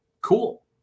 Cool